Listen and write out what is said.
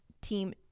team